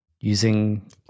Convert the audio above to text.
using